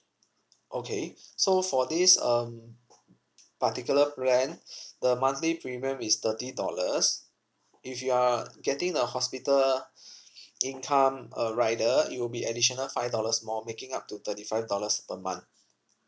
okay so for this um particular plan the monthly premium is thirty dollars if you are getting the hospital income uh rider it will be additional five dollars more making up to thirty five dollars per month